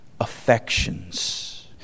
affections